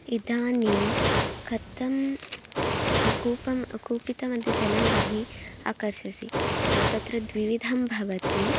इदानीं कथं कूपं कूपतः मध्ये जलं बहिः आकर्षसि तत्र द्विविधं भवति